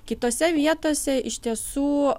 kitose vietose iš tiesų